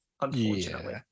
unfortunately